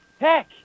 Heck